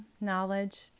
knowledge